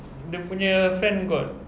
dia punya friend got